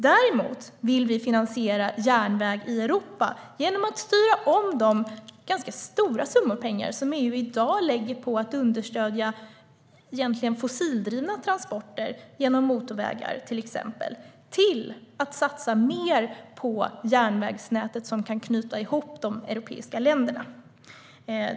Däremot vill vi finansiera järnväg i Europa genom att styra om de ganska stora summor pengar som EU i dag lägger på att understödja fossildrivna transporter på till exempel motorvägar och i stället satsa mer på järnvägsnätet, som kan knyta ihop de europeiska länderna.